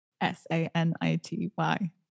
s-a-n-i-t-y